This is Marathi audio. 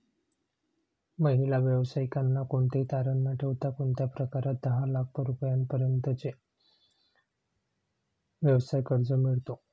महिला व्यावसायिकांना कोणतेही तारण न ठेवता कोणत्या प्रकारात दहा लाख रुपयांपर्यंतचे व्यवसाय कर्ज मिळतो?